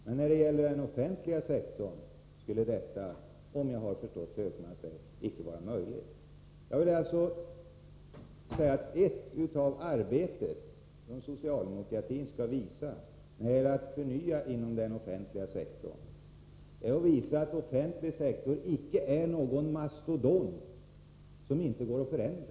Men när det gäller den offentliga sektorn skulle detta, om jag förstått Hökmark rätt, icke vara möjligt. En sak som socialdemokratin skall göra när det gäller att förnya inom den offentliga sektorn är att visa att den offentliga sektorn inte är någon mastodont, som inte går att förändra.